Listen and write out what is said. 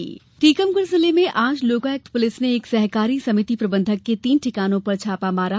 छापेमार कार्यवाही टीकमगढ़ जिले में आज लोकायुक्त पुलिस ने एक सहकारी समिति प्रबंधक के तीन ठिकानों पर छापा मारा